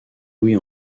louis